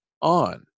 on